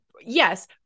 yes